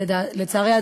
לצערי,